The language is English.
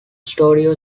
studio